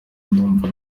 ndumva